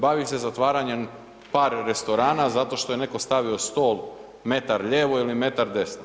Bavi se zatvaranjem par restorana zato što je neko stavio stol metar lijevo ili metar desno.